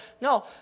No